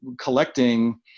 collecting